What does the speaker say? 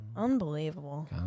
Unbelievable